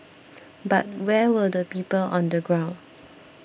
but where were the people on the ground